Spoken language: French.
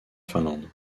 finlande